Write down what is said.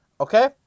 Okay